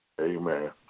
Amen